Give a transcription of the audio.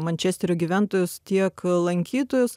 mančesterio gyventojus tiek lankytojus